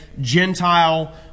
Gentile